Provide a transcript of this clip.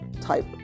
type